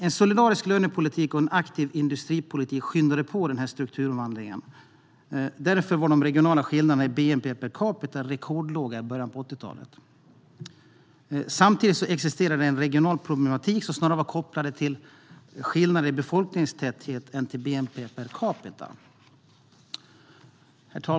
En solidarisk lönepolitik och en aktiv industripolitik skyndade på den här strukturomvandlingen. Därför var de regionala skillnaderna i bnp per capita rekordlåga i början av 80-talet. Samtidigt existerade en regional problematik som snarare var kopplad till skillnader i befolkningstäthet än till bnp per capita. Herr talman!